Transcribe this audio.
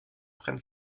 prenne